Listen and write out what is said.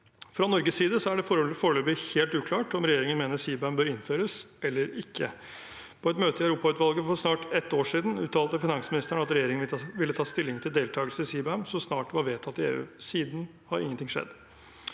Fra Norges side er det foreløpig helt uklart om regjeringen mener CBAM bør innføres eller ikke. På et møte i Europautvalget for snart et år siden uttalte finansministeren at regjeringen ville ta stilling til deltakelse i CBAM så snart det var vedtatt i EU. Siden har ingenting skjedd.